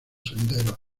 senderos